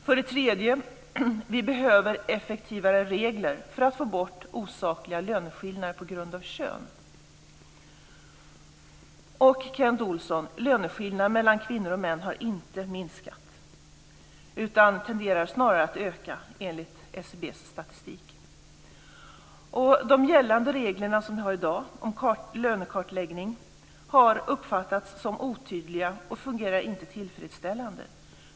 För det tredje behöver vi effektivare regler för att få bort osakliga löneskillnader på grund av kön. Löneskillnaderna mellan kvinnor och män har inte minskat, Kent Olsson. De tenderar snarare att öka enligt SCB:s statistik. De gällande reglerna om lönekartläggning har uppfattats som otydliga. De fungerar inte tillfredsställande.